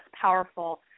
powerful